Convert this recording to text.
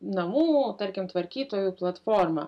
namų tarkim tvarkytojų platformą